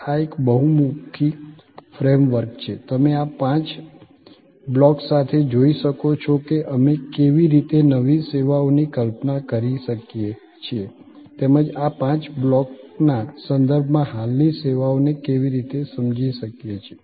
આ એક બહુમુખી ફ્રેમ વર્ક છે તમે આ પાંચ બ્લોક્સ સાથે જોઈ શકો છો કે અમે કેવી રીતે નવી સેવાઓની કલ્પના કરી શકીએ છીએ તેમજ આ પાંચ બ્લોકના સંદર્ભમાં હાલની સેવાઓને કેવી રીતે સમજી શકીએ છીએ